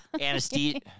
Anesthesia